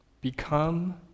become